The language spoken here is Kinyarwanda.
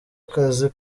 akazi